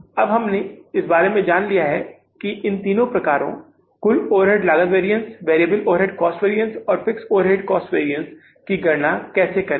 अब हमने इस बारे में जान लिया है कि इन तीनों प्रकारों कुल ओवरहेड लागत variance variable overhead cost variance और फिक्स्ड ओवरहेड कॉस्ट वैरिएंस की गणना कैसे करें